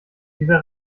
dieser